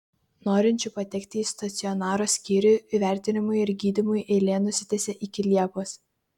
norinčių patekti į stacionaro skyrių įvertinimui ir gydymui eilė nusitęsė iki liepos